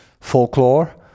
folklore